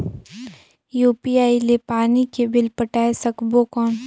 UPI ले पानी के बिल पटाय सकबो कौन?